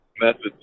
methods